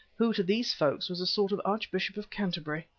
who to these folk was a sort of archbishop of canterbury.